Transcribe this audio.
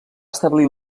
establir